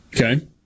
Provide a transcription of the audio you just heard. Okay